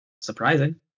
surprising